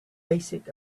basic